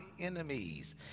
enemies